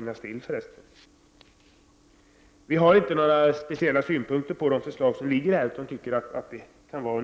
Centerpartiet har inte några speciella synpunkter på de förslag som har lagts fram, utan vi tycker att det kan vara